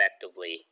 effectively